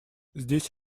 здесь